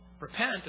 repent